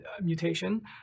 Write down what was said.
mutation